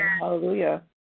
Hallelujah